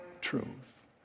truth